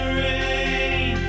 rain